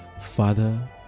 Father